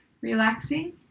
relaxing